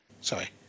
sorry